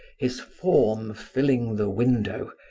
his form filling the window,